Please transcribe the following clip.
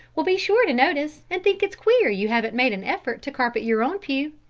will be sure to notice, and think it's queer you haven't made an effort to carpet your own pew.